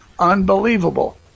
unbelievable